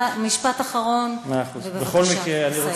משפט אחרון, בבקשה, תסיים.